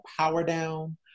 PowerDown